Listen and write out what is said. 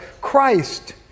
Christ